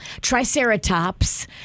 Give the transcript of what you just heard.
Triceratops